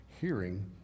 hearing